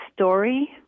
story